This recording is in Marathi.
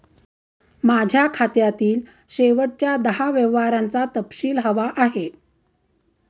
माझ्या खात्यातील शेवटच्या दहा व्यवहारांचा तपशील हवा आहे